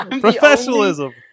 Professionalism